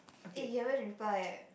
eh you haven't reply eh